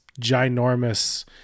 ginormous